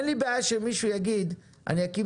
אין לי בעיה שמישהו יגיד: אני אקים